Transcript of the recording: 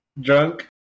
drunk